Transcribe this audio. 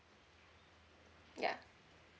ya